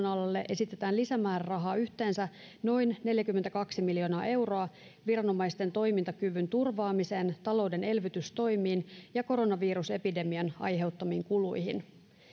esitetään lisämäärärahaa yhteensä noin neljäkymmentäkaksi miljoonaa euroa viranomaisten toimintakyvyn turvaamiseen talouden elvytystoimiin ja koronavirusepidemian aiheuttamiin kuluihin